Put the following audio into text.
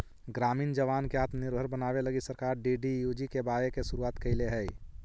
ग्रामीण जवान के आत्मनिर्भर बनावे लगी सरकार डी.डी.यू.जी.के.वाए के शुरुआत कैले हई